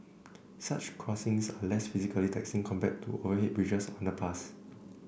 such crossings are less physically taxing compared to overhead bridges or underpasses